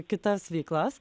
kitas veiklas